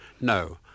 No